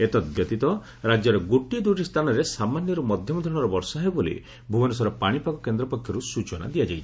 ଏତଦବ୍ୟତୀତ ରାଜ୍ୟର ଗୋଟିଏ ଦୁଇଟି ସ୍ଚାନରେ ସାମାନ୍ୟରୁ ମଧ୍ଧମ ଧରଶର ବର୍ଷା ହେବ ବୋଲି ଭୁବନେଶ୍ୱର ପାଶିପାଗ କେନ୍ଦ୍ର ପକ୍ଷରୁ ସୂଚନା ଦିଆଯାଇଛି